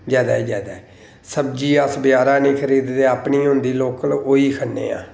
जैदा कोला जैदा ते सब्जी अस बजारे नेईं खरीददे अपनी गै होंदी लोकल ओही खन्ने आं